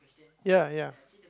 ya ya